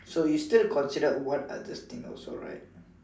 so you still consider what others think also right